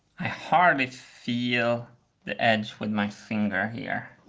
i hardly feel the edge with my finger here.